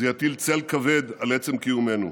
זה יטיל צל כבד על עצם קיומנו,